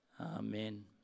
Amen